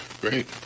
Great